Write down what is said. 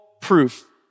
proof